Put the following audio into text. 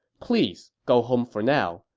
please go home for now.